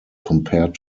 compared